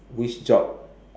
which job